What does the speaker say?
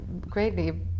greatly